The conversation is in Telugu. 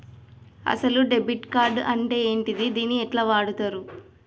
అసలు డెబిట్ కార్డ్ అంటే ఏంటిది? దీన్ని ఎట్ల వాడుతరు?